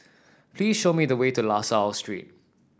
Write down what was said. please show me the way to La Salle Street